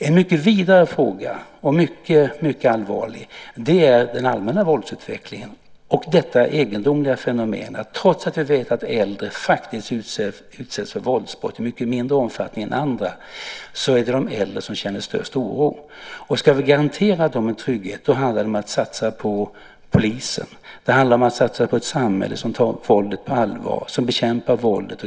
En mycket vidare och allvarligare fråga är den allmänna våldsutvecklingen och det egendomliga fenomenet att trots att äldre faktiskt utsätts för våldsbrott i mycket mindre omfattning än ändra, är det de äldre som känner störst oro. Ska vi garantera dem trygghet handlar det om att satsa på polisen, om att satsa på ett samhälle som tar våldet på allvar och som bekämpar våldet.